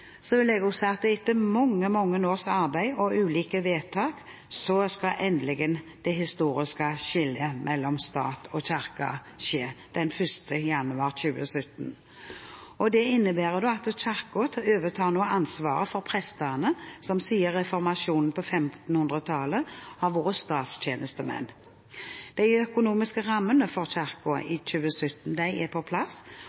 ulike vedtak skal endelig det historiske skillet mellom stat og kirke skje, den 1. januar 2017. Det innebærer at Kirken nå overtar ansvaret for prestene, som siden reformasjonen på 1500-tallet har vært statstjenestemenn. De økonomiske rammene for